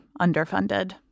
underfunded